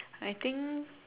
I think